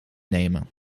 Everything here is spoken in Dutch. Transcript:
nemen